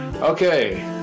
Okay